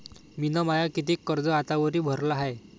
मिन माय कितीक कर्ज आतावरी भरलं हाय?